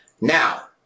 Now